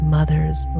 Mother's